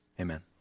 Amen